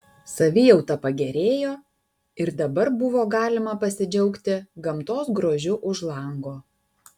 savijauta pagerėjo ir dabar buvo galima pasidžiaugti gamtos grožiu už lango